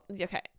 okay